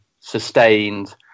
sustained